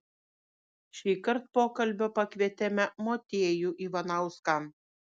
šįkart pokalbio pakvietėme motiejų ivanauską